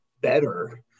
better